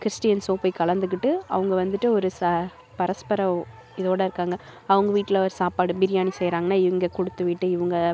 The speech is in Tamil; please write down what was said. கிறிஸ்டின்ஸும் போய் கலந்துக்கிட்டு அவங்க வந்துட்டு ஒரு ச பரஸ்பர இதோடு இருக்காங்க அவங்க வீட்டில் வர சாப்பாடு பிரியாணி செய்கிறாங்கன்னா இங்கே கொடுத்து விட்டு இவங்க